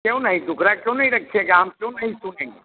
क्यों नहीं तुकरा क्यों नहीं रक्खिएगा हम क्यों नहीं सुनेंगे